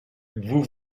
vous